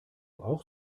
auch